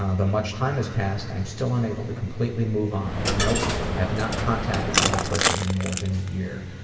ah though much time has passed i am still unable to completely move on, nope i have not contacted the other person in more than a year.